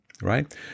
Right